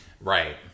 Right